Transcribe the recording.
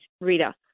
Rita